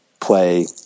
play